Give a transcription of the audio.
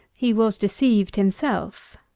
he was deceived himself.